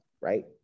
Right